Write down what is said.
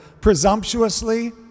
presumptuously